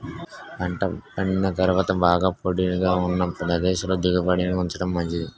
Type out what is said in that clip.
పంట పండిన తరువాత బాగా పొడిగా ఉన్న ప్రదేశంలో దిగుబడిని ఉంచడం మంచిది